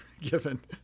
Given